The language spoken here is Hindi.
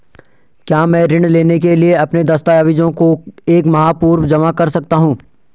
क्या मैं ऋण लेने के लिए अपने दस्तावेज़ों को एक माह पूर्व जमा कर सकता हूँ?